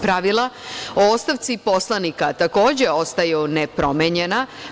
Pravila o ostavci poslanika takođe ostaju nepromenjena.